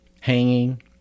hanging